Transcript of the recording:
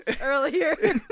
earlier